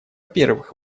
первых